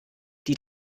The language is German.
die